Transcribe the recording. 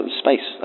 space